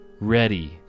ready